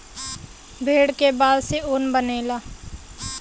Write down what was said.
भेड़ के बाल से ऊन बनेला